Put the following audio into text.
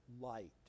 light